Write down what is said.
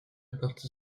partie